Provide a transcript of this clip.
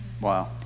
Wow